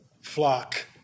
flock